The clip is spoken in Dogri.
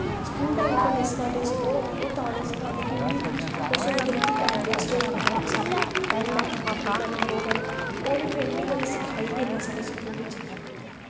स्कूल टैम उप्पर निं सखांदे ओह् तां निं सखांदे कि उं'दी ओह् सोचदे हे कि टाईम वेस्ट होआ दा ऐ बच्चेआं दा पढ़न एह् करन बो करन उ'नें पेंटिंग कदें सखाई गै निं साढ़े स्कूल बिच्च